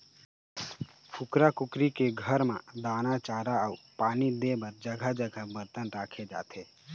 कुकरा कुकरी के घर म दाना, चारा अउ पानी दे बर जघा जघा बरतन राखे जाथे